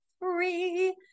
free